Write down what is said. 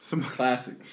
Classic